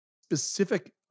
specific